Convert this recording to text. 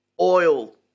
oil